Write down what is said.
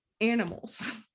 animals